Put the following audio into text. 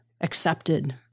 accepted